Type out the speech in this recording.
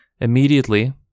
Immediately